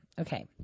okay